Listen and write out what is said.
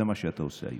זה מה שאתה עושה היום,